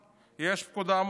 יש פקודה מוכנה.